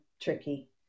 tricky